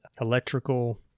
electrical